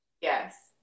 Yes